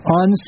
on